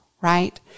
right